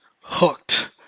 hooked